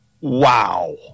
wow